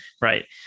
right